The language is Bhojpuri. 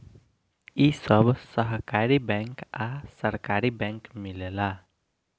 इ सब सहकारी बैंक आ सरकारी बैंक मिलेला